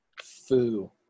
foo